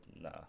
Nah